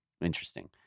Interesting